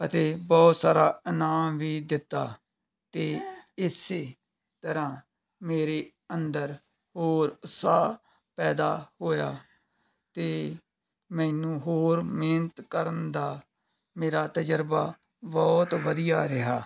ਅਤੇ ਬਹੁਤ ਸਾਰਾ ਇਨਾਮ ਵੀ ਦਿੱਤਾ ਅਤੇ ਇਸ ਤਰ੍ਹਾਂ ਮੇਰੇ ਅੰਦਰ ਹੋਰ ਉਤਸ਼ਾਹ ਪੈਦਾ ਹੋਇਆ ਅਤੇ ਮੈਨੂੰ ਹੋਰ ਮਿਹਨਤ ਕਰਨ ਦਾ ਮੇਰਾ ਤਜ਼ਰਬਾ ਬਹੁਤ ਵਧੀਆ ਰਿਹਾ